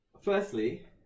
firstly